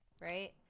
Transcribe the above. right